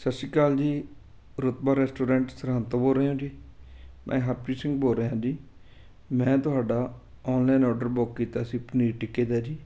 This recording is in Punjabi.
ਸਤਿ ਸ਼੍ਰੀ ਅਕਾਲ ਜੀ ਰੁਤਬਾ ਰੈਸਟੋਰੈਂਟ ਸਰਹਿੰਦ ਤੋਂ ਬੋਲ ਰਹੇ ਹੋ ਜੀ ਮੈਂ ਹਰਪ੍ਰੀਤ ਸਿੰਘ ਬੋਲ ਰਿਹਾ ਜੀ ਮੈਂ ਤੁਹਾਡਾ ਔਨਲਾਈਨ ਔਡਰ ਬੁੱਕ ਕੀਤਾ ਸੀ ਪਨੀਰ ਟਿੱਕੇ ਦਾ ਜੀ